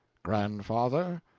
grandfather?